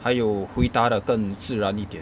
还有回答得更自然一点